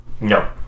no